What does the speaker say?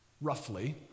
Roughly